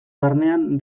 barnean